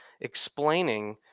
explaining